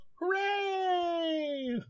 Hooray